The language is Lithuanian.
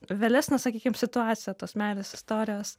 vėlesnė sakykim situacija tos meilės istorijos